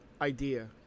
idea